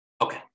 Okay